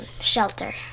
shelter